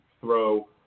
throw